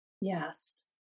Yes